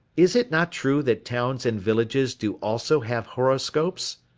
is it not true that towns and villages do also have horoscopes?